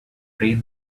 train